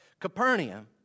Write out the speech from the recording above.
Capernaum